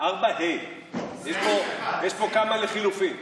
יש פה כמה לחלופין.